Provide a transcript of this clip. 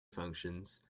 functions